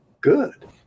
good